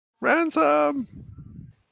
Ransom